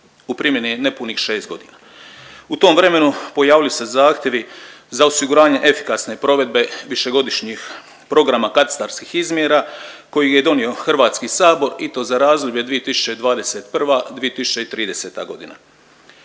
u primjeni je nepunih šest godina. U tom vremenu pojavili su se zahtjevi za osiguravanje efikasne provedbe višegodišnjih programa katastarskih izmjera koji je donio HS i to za razdoblje 2021.-2030.g..